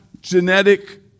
genetic